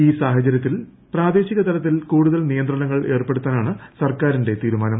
ഈ സാഹചരൃത്തിൽ പ്രാദേശിക തലത്തിൽ കൂടുതൽ നിയന്ത്രണങ്ങൾ ഏർപ്പെടുത്താനാണ് സർക്കാരിന്റെ തീരുമാനം